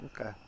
Okay